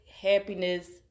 happiness